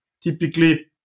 typically